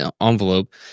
envelope